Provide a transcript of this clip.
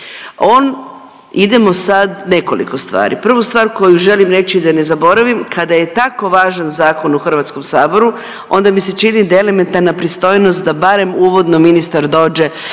On idemo sad nekoliko stvari. Prvu stvar koju želim reći da ne zaboravim, kada je tako važan zakon u HS-u onda mi se čini da je elementarna pristojnost da barem uvodno ministar dođe